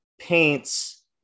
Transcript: paints